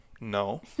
No